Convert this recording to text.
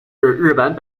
日本